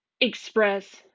express